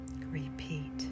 Repeat